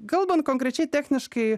kalbant konkrečiai techniškai